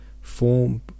form